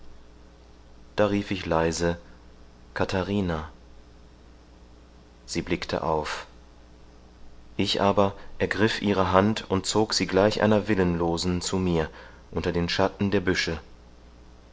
da rief ich leise katharina sie blickte auf ich aber ergriff ihre hand und zog sie gleich einer willenlosen zu mir unter den schatten der büsche